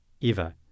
Eva